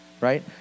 right